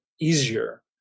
easier